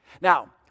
Now